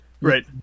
right